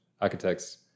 architects